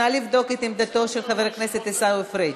נא לבדוק את עמדתו של חבר הכנסת עיסאווי פריג'.